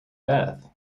beth